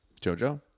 JoJo